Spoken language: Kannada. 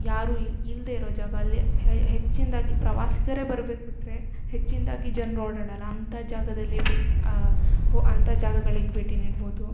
ಯಾರು ಇಲ್ಲದೇ ಇರೋ ಜಾಗ ಅಲ್ಲಿ ಹೆಚ್ಚಿನದ್ದಾಗಿ ಪ್ರವಾಸಿಗರೇ ಬರ್ಬೇಕು ಬಿಟ್ಟರೆ ಹೆಚ್ಚಿನದ್ದಾಗಿ ಜನರು ಓಡಾಡಲ್ಲ ಅಂಥ ಜಾಗದಲ್ಲಿ ಹೊ ಅಂಥ ಜಾಗಗಳಿಗೆ ಭೇಟಿ ನೀಡ್ಬೋದು